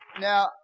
Now